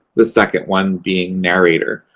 the second one being narrator.